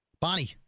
bonnie